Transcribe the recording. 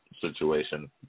situation